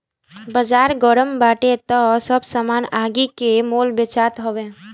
बाजार गरम बाटे तअ सब सामान आगि के मोल बेचात हवे